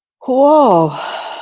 whoa